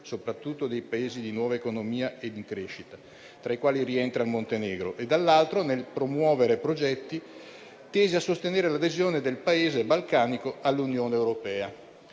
soprattutto dei Paesi di nuova economia e di crescita, tra i quali rientra il Montenegro e - dall'altro - nel promuovere progetti tesi a sostenere l'adesione del Paese balcanico all'Unione europea.